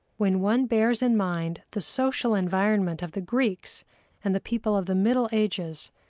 when one bears in mind the social environment of the greeks and the people of the middle ages,